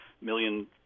million